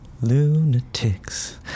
Lunatics